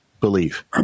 believe